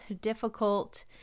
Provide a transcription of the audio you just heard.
difficult